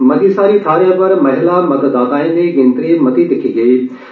मती सारी थाह्रें पर महिला मतदाताएं दी गिनतरी मती दिक्खी गेइयां